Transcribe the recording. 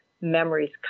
memories